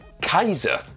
Kaiser